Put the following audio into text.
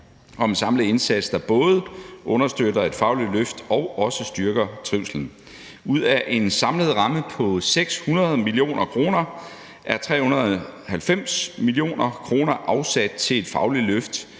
en samlet indsats, der både understøtter et fagligt løft og også styrker trivslen. Ud af en samlet ramme på 600 mio. kr. er 390 mio. kr. afsat til et fagligt løft